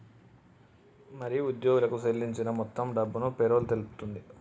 మరి ఉద్యోగులకు సేల్లించిన మొత్తం డబ్బును పేరోల్ తెలుపుతుంది